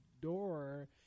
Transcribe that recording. door